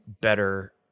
better